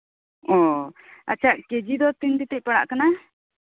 ᱳ ᱟᱪᱷᱟ ᱠᱮᱡᱤ ᱫᱚ ᱛᱤᱱᱛᱤᱛᱤᱡ ᱯᱟᱲᱟᱜ ᱠᱟᱱᱟ